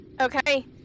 Okay